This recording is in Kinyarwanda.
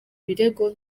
birego